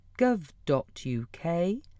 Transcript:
Gov.uk